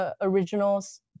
Originals